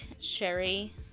Sherry